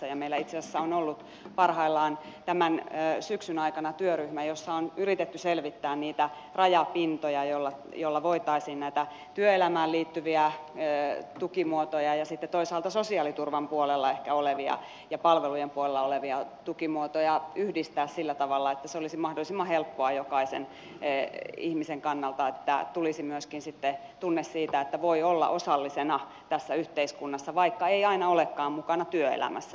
meillä itse asiassa on ollut parhaillaan tämän syksyn aikana työryhmä jossa on yritetty selvittää niitä rajapintoja joilla voitaisiin näitä työelämään liittyviä tukimuotoja ja sitten toisaalta sosiaaliturvan puolella ehkä olevia ja palvelujen puolella olevia tukimuotoja yhdistää sillä tavalla että se olisi mahdollisimman helppoa jokaisen ihmisen kannalta että tulisi sitten myöskin tunne siitä että voi olla osallisena tässä yhteiskunnassa vaikka ei aina olekaan mukana työelämässä